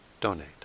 donate